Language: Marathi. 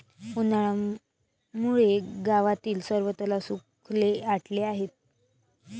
उन्हामुळे गावातील सर्व तलाव सुखाने आटले आहेत